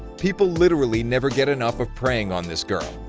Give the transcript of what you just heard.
people literally never get enough of preying on this girl!